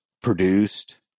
produced